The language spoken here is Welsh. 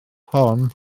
hon